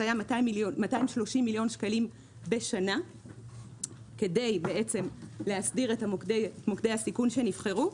אז היו 230 מיליון שקלים בשנה כדי להסדיר את מוקדי הסיכון שנבחרו,